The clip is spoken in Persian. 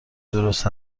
درست